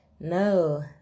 no